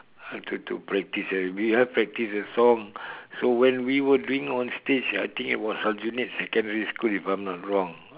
I had to to practice eh we had practice the song so when we were doing on stage I think it was aljunied secondary school if I am not wrong